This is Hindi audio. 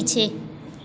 पीछे